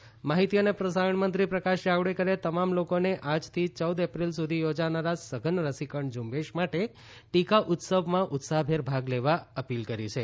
પ્રકાશ જાવડેકર માહિતી અને પ્રસારણ મંત્રી પ્રકાશ જાવડેકરે તમામ લોકોને આજથી ચૌદ એપ્રિલ સુધી યોજાનારા સઘન રસીકરણ ઝુંબેશ માટે ટીકા ઉત્સવમાં ઉત્સાહભેર ભાગ લેવા અપીલ કરી છે